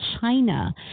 China